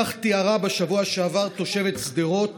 כך תיארה בשבוע שעבר תושבת שדרות